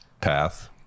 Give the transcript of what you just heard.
path